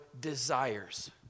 desires